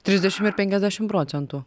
trisdešim ir enkiasdešim procentų